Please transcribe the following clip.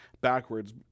backwards